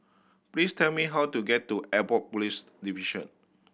please tell me how to get to Airport Police Division